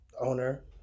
owner